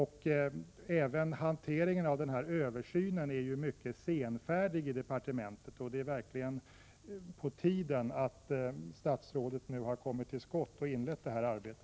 Även beträffande den översyn av högskolans antagningsoch styrsystem, som utbildningsministern nu aviserar, har man i departementet varit mycket senfärdig. Det är verkligen på tiden att statsrådet nu har kommit till skott och inlett detta arbete.